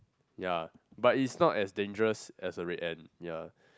ya but is not as dangerous as a red ant ya